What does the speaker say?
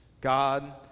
God